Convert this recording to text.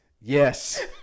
Yes